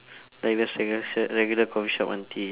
like those singlet shirt like the coffee shop aunties